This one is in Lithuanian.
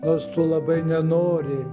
nors tu labai nenori